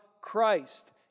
Christ